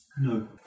No